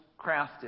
crafted